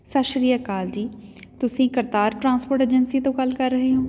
ਸਤਿ ਸ਼੍ਰੀ ਅਕਾਲ ਜੀ ਤੁਸੀਂ ਕਰਤਾਰ ਟਰਾਂਸਪੋਰਟ ਏਜੰਸੀ ਤੋਂ ਗੱਲ ਕਰ ਰਹੇ ਹੋਂ